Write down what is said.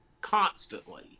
constantly